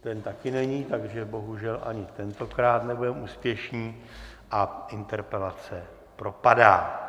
Ten taky není, takže bohužel ani tentokrát nebudeme úspěšní a interpelace propadá.